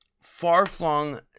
far-flung